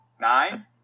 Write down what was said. Nine